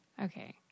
okay